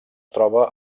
troba